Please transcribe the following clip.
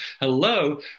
hello